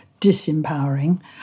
disempowering